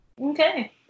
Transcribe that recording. Okay